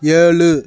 ஏழு